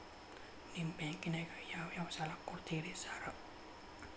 ನಿಮ್ಮ ಬ್ಯಾಂಕಿನಾಗ ಯಾವ್ಯಾವ ಸಾಲ ಕೊಡ್ತೇರಿ ಸಾರ್?